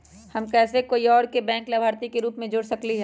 हम कैसे कोई और के बैंक लाभार्थी के रूप में जोर सकली ह?